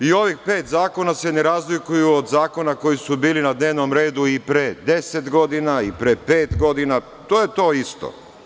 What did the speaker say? I ovih pet zakona se ne razlikuju od zakona koji su bili na dnevnom redu i pre deset godina i pre pet godina, to je to isto.